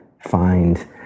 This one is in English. find